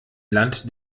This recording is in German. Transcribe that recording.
land